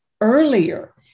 earlier